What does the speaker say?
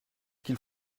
qu’il